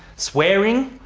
swearing.